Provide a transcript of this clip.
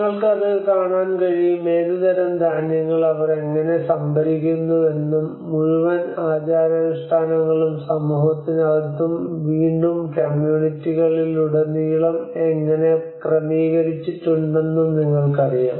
നിങ്ങൾക്ക് അത് കാണാൻ കഴിയും ഏതുതരം ധാന്യങ്ങൾ അവർ എങ്ങനെ സംഭരിക്കുന്നുവെന്നും മുഴുവൻ ആചാരാനുഷ്ഠാനങ്ങളും സമൂഹത്തിനകത്തും വീണ്ടും കമ്മ്യൂണിറ്റികളിലുടനീളം എങ്ങനെ ക്രമീകരിച്ചിട്ടുണ്ടെന്നും നിങ്ങൾക്കറിയാം